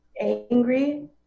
angry